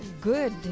good